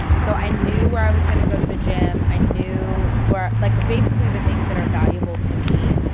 so i knew where i was gonna go to the gym. i knew were like basically the things that are valuable to me.